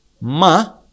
Ma